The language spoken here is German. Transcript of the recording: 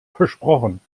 versprochen